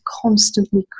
constantly